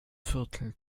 viertel